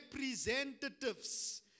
representatives